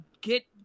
get